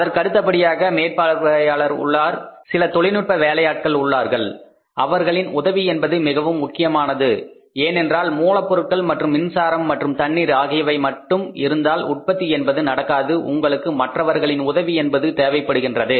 அதற்கடுத்தபடியாக மேற்பார்வையாளர்கள் உள்ளனர் சில தொழில்நுட்ப வேலையாட்கள் உள்ளார்கள் அவர்களின் உதவி என்பது மிகவும் முக்கியமானது ஏனென்றால் மூலப்பொருட்கள் மற்றும் மின்சாரம் மற்றும் தண்ணீர் ஆகியவை மட்டும் இருந்தால் உற்பத்தி என்பது நடக்காது உங்களுக்கு மற்றவர்களின் உதவி என்பது தேவைப்படுகின்றது